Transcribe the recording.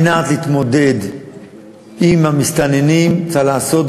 כדי להתמודד עם המסתננים צריך לעשות,